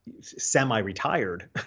semi-retired